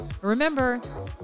remember